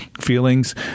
feelings